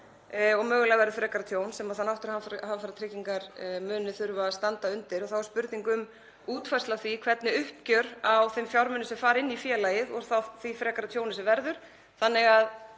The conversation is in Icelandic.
og mögulega verður frekara tjón sem náttúruhamfaratryggingar munu þurfa að standa undir. Þá er spurning um útfærslu á því hvernig uppgjör verður á þeim fjármunum sem fara inn í félagið og þá frekara tjóni sem verður.